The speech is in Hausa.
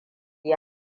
yi